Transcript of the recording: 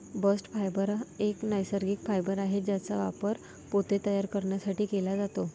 bast fibre एक नैसर्गिक fibre आहे ज्याचा वापर पोते तयार करण्यासाठी केला जातो